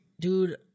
Dude